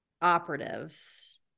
operatives